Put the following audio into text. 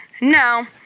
No